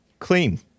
Clean